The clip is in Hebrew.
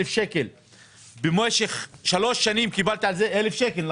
שקלים במשך שלוש שנים קיבלתי על זה 1,000 שקלים.